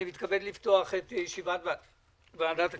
אני מתכבד לפתוח את ישיבת ועדת הכספים.